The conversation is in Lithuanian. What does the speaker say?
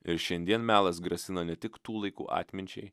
ir šiandien melas grasino ne tik tų laikų atminčiai